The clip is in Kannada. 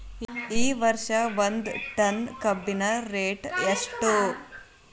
ಈ ವರ್ಷ ಒಂದ್ ಟನ್ ಕಬ್ಬಿನ ರೇಟ್ ಎಷ್ಟು?